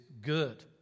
good